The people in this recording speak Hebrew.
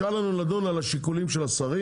נשאר לנו לדון על השיקולים של השרים,